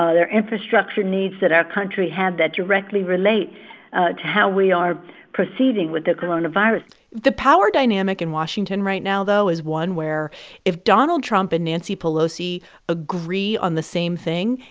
ah there are infrastructure needs that our country had that directly relate to how we are proceeding with the coronavirus the power dynamic in washington right now, though, is one where if donald trump and nancy pelosi agree on the same thing,